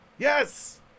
Yes